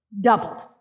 doubled